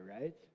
right